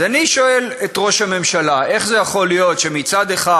אז אני שואל את ראש הממשלה: איך זה יכול להיות שמצד אחד